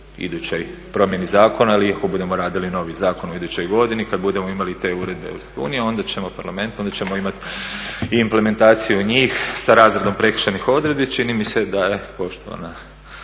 idućoj promjeni zakona ali ako i budemo radili novi zakon u idućoj godini kada budemo imali te uredbe EU onda ćemo i parlamenta onda ćemo imati i implementaciju njih sa razredom prekršajnih odredbi. Čini mi se da je poštovana